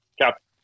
captain